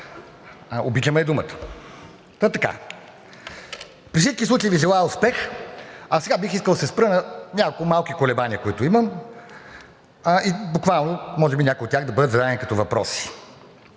„Обичаме“ е думата. Та така. При всички случаи Ви желая успех! А сега бих искал да се спра на няколко малки колебания, които имам, буквално може би някои от тях да бъдат зададени като въпроси.